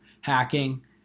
hacking